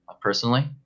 personally